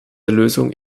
lösung